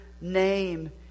name